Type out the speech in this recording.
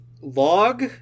log